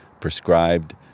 prescribed